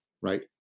right